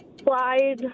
slide